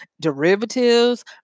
derivatives